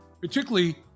particularly